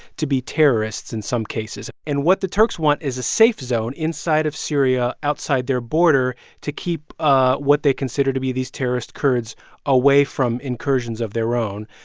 to be terrorists in some cases. and what the turks want is a safe zone inside of syria, outside their border to keep ah what they consider to be these terrorist kurds away from incursions of their own.